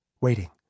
waiting